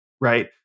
right